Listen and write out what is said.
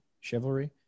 chivalry